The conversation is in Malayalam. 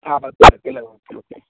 ആ പത്ത് ഓക്കേ ഓക്കെ